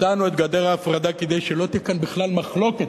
הצענו את גדר ההפרדה כדי שלא תהיה כאן בכלל מחלוקת.